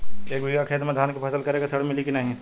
एक बिघा खेत मे धान के फसल करे के ऋण मिली की नाही?